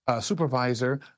supervisor